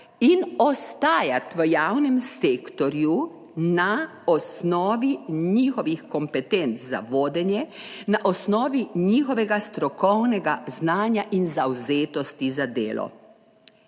in ostajati v javnem sektorju na osnovi njihovih kompetenc za vodenje, na osnovi njihovega strokovnega znanja in zavzetosti za delo.